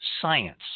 science